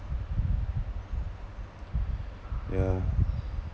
yeah